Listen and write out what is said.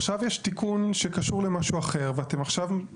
עכשיו יש תיקון שקשור למשהו אחר ואתם עכשיו,